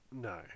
no